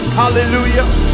hallelujah